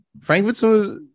Frankfurt's